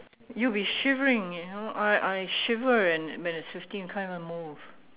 you'll be shivering you know I I shiver in when it's fifteen can't even move